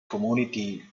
community